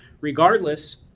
Regardless